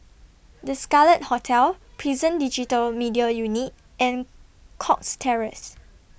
The Scarlet Hotel Prison Digital Media Unit and Cox Terrace